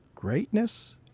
Greatness